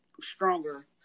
stronger